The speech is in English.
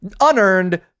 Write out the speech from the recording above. Unearned